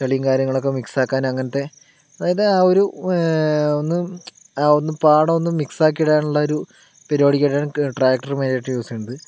ചളിയും കാര്യങ്ങളൊക്കെ മിക്സ് ആക്കാൻ അങ്ങനത്തെ അതായത് ആ ഒരു ഒന്ന് ഒന്ന് പാടമൊന്നു മിക്സാക്കി ഇടാനുള്ള ഒരു പരിപാടിക്ക് വേണ്ടിയിട്ടാണ് ട്രാക്ടർ മെയിനായിട്ട് യൂസ് ചെയ്യണത്